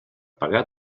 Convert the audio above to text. pagar